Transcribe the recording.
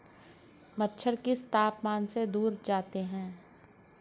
मच्छर किस तापमान से दूर जाते हैं?